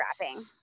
wrapping